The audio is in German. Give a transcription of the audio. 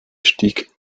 stieg